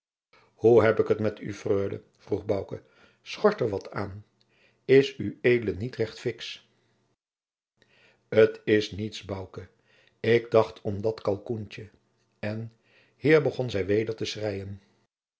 hoe heb ik het met u freule vroeg bouke schort er wat aan is ued niet recht fiksch t is niets bouke ik dacht om dat kalkoentje en hier begon zij weder te schreien